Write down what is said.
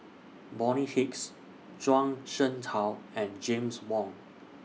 Bonny Hicks Zhuang Shengtao and James Wong